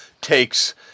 takes